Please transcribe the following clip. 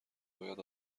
باید